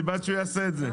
אני בעד שהוא יעשה את זה.